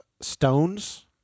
stones